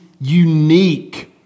unique